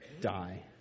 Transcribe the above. die